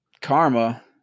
Karma